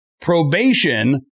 probation